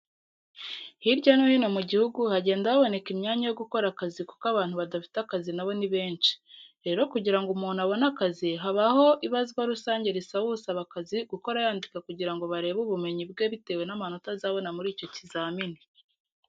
Hirya no hi no mu gihugu hagenda haboneka imyanya yo gukora akazi kuko abantu badafite akazi nabo ni benshi. Rero kugirango umuntu abone akazi habaho ibazwa rusange risaba usaba akazi gukora yandika kugira ngo barebe ubumenyi bwe bitewe n'amanota azabona muri icyo kizamini.